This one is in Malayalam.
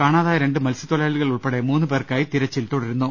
കാണാതായ രണ്ട് മത്സ്യത്തൊഴിലാളി കൾ ഉൾപ്പെടെ മൂന്നുപേർക്കായി തിരച്ചിൽ തുട്രുന്നു